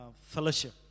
fellowship